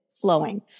flowing